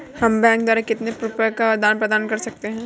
हम बैंक द्वारा कितने प्रकार से रुपये का आदान प्रदान कर सकते हैं?